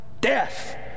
death